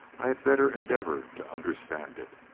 i had better endeavor to understand it.